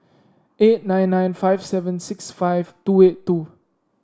eight nine nine five seven six five two eight two